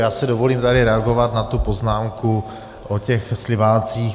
Já si dovolím tady reagovat na tu poznámku o těch slimácích.